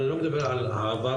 אני לא מדבר על העבר,